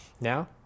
Now